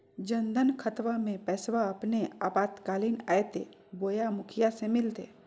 जन धन खाताबा में पैसबा अपने आपातकालीन आयते बोया मुखिया से मिलते?